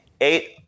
eight